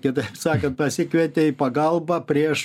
kitaip sakant pasikvietė į pagalbą prieš